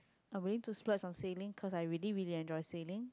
I willing to splurge on saving cause I really really enjoy saving